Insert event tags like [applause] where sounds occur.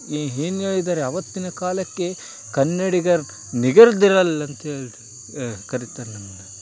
ಏ ಏನ್ ಹೇಳಿದ್ದಾರೆ ಆವತ್ತಿನ ಕಾಲಕ್ಕೆ ಕನ್ನಡಿಗರ್ ನಿಗರ್ದಿರಲ್ ಅಂತ [unintelligible] ಕರಿತಾರೆ ನಮ್ಮನ್ನ